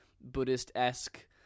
buddhist-esque